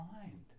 mind